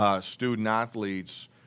student-athletes